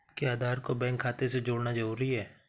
क्या आधार को बैंक खाते से जोड़ना जरूरी है?